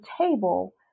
table